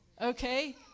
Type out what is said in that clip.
Okay